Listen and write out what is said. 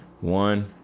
One